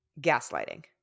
Gaslighting